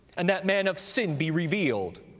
and that man of sin be revealed,